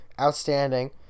outstanding